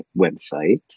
website